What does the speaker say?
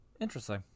Interesting